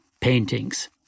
paintings